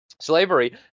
Slavery